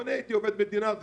אני הייתי עובד מדינה.